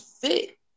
fit